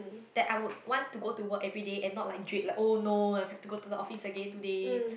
that I would want to go to work everyday and not like drag oh no I've to go to the office again today